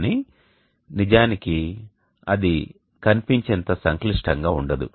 కానీ నిజానికి అది కనిపించేంత సంక్లిష్టంగా ఉండదు